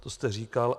To jste říkal.